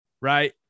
Right